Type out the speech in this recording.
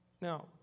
Now